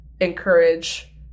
encourage